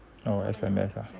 oh S_M_S ah